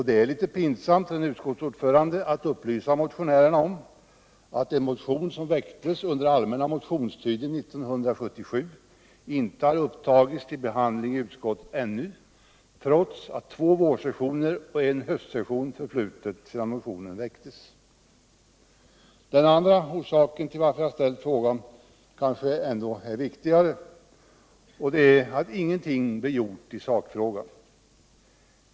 Det är litet pinsamt för en utskottsordförande att upplysa motionärerna om att en motion som väcktes under allmänna motionstiden 1977 ännu inte har upptagits till behandling i utskottet, trots att två vårsessioner och en höstsession har förflutit sedan motionen väcktes. Den andra orsaken till att jag har ställt frågan kanske ändå är viktigare — att inget har blivit gjort i sakfrågan.